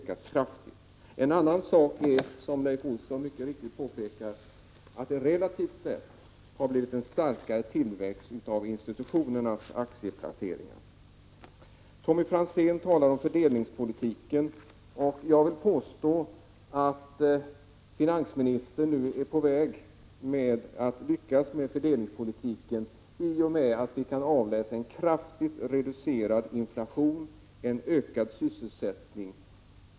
kraftigt. En annan sak är, som Leif Olsson mycket riktigt påpekade, att det relativt sett har blivit en starkare tillväxt av institutionernas aktieplaceringar. Tommy Franzén talade om fördelningspolitiken. Jag vill påstå att finansministern nu är på väg att lyckas med fördelningspolitiken, i och med att vi kan avläsa en kraftigt reducerad inflation och en ökad sysselsättning.